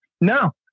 No